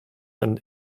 and